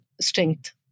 strength